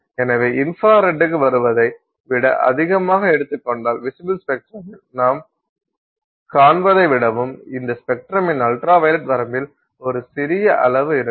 எனவே இன்ப்ராரெட்க்கு வருவதை விட அதிகமாக எடுத்துக் கொண்டால் விசிபில் ஸ்பெக்ட்ரமில் நாம் காண்பதை விடவும் இந்த ஸ்பெக்ட்ரமின் அல்ட்ரா வயலட் வரம்பில் ஒரு சிறிய அளவு இருக்கும்